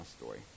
story